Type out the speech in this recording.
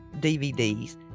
DVDs